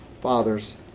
Father's